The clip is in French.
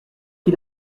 qui